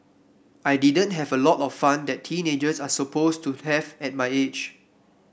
I didn't have a lot of fun that teenagers are supposed to have at my age